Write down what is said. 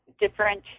different